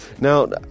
now